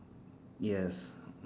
yes